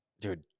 Dude